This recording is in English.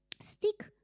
stick